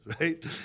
right